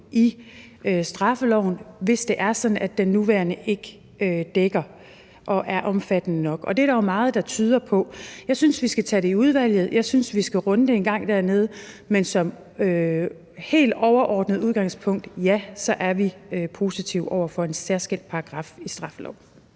er sådan, at den nuværende ikke dækker og ikke er omfattende nok, og det er der jo meget, der tyder på. Jeg synes, vi skal tage det i udvalget; jeg synes, vi skal runde det en gang dernede. Men som helt overordnet udgangspunkt: Ja, vi er positive over for en særskilt paragraf i straffeloven.